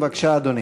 בבקשה, אדוני.